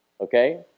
Okay